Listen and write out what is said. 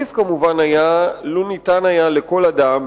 ושוב החלופה היא לתת לכל אדם,